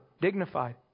dignified